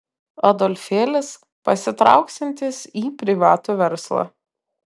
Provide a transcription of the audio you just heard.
adolfėlis pasitrauksiantis į privatų verslą